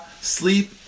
sleep